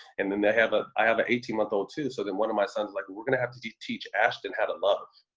and then they have a i have an eighteen month old too. so then one of my sons is like, we're gonna have to teach teach ashton how to love,